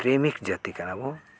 ᱯᱨᱮᱢᱤᱠ ᱡᱟᱛᱤ ᱠᱟᱱᱟ ᱵᱚᱱ